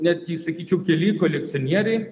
net sakyčiau keli kolekcionieriai